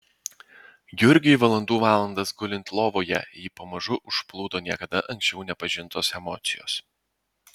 jurgiui valandų valandas gulint lovoje jį pamažu užplūdo niekada anksčiau nepažintos emocijos